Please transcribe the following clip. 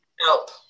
Help